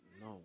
No